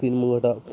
స్క్రీన్ల ముందర